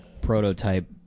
prototype